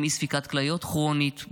עם אי-ספיקת כליות כרונית,